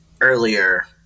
earlier